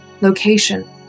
location